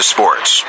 Sports